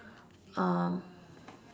um